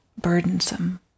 burdensome